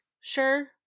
sure